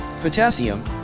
Potassium